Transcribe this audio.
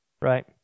Right